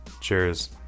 Cheers